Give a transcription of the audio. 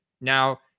Now